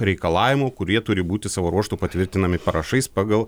reikalavimų kurie turi būti savo ruožtu patvirtinami parašais pagal